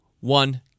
one